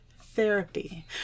therapy